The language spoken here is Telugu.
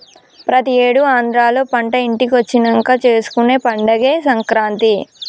ప్రతి ఏడు ఆంధ్రాలో పంట ఇంటికొచ్చినంక చేసుకునే పండగే సంక్రాంతి